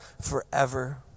forever